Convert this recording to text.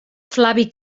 flavi